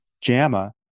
JAMA